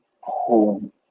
home